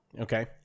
Okay